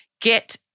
get